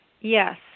Yes